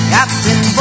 Captain